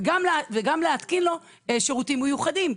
וגם להתקין לו שירותים מיוחדים,